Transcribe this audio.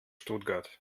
stuttgart